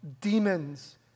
demons